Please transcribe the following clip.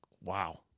wow